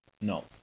No